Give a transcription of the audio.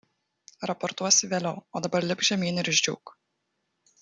raportuosi vėliau o dabar lipk žemyn ir išdžiūk